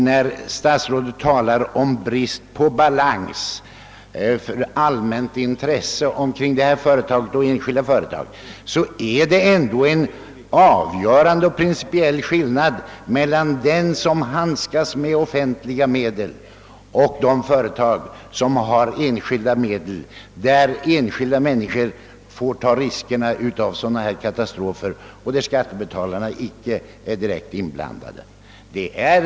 När statsrådet talar om brist på balans i det allmänna intresset för statliga företag och för enskilda företag, vill jag framhålla, att det ändå föreligger en avgörande principiell skillnad mellan de företag som handskas med offentliga medel och de företag som arbetar med medel som ägs av enskilda personer, vilka får ta riskerna av eventuella misslyckanden. I båda fallen blir givetvis samhällsekonomin drabbad.